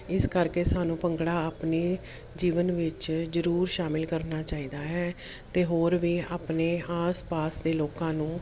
ਇਸ ਕਰਕੇ ਸਾਨੂੰ ਭੰਗੜਾ ਆਪਣੇ ਜੀਵਨ ਵਿੱਚ ਜ਼ਰੂਰ ਸ਼ਾਮਲ ਕਰਨਾ ਚਾਹੀਦਾ ਹੈ ਅਤੇ ਹੋਰ ਵੀ ਆਪਣੇ ਆਸ ਪਾਸ ਦੇ ਲੋਕਾਂ ਨੂੰ